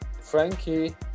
Frankie